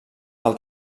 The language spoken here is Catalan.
pel